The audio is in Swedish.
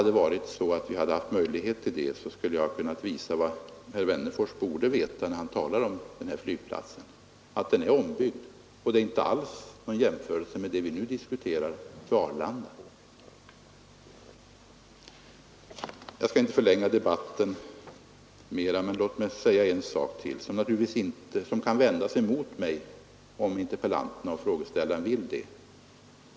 Men om vi hade haft möjlighet att titta på dessa bilder skulle jag ha kunnat visa vad herr Wennerfors borde veta när han talar om den flygplatsen, nämligen att den är ombyggd och att det inte alls går att göra någon jämförelse med det vi nu diskuterar beträffande Arlanda. Jag skall inte förlänga debatten mycket mera. Men låt mig säga en sak till, som naturligtvis kan vändas emot mig, om interpellanterna och frågeställaren vill det.